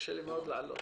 שקשה לי מאוד לעלות